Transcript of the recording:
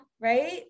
right